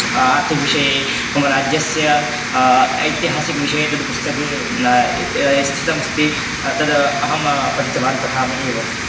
आर्थिकविषये मम राज्यस्य ऐतिहासिकविषये तद् पुस्तके स्थितमस्ति तद् अहं पठितवान् पठामि एव